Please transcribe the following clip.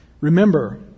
Remember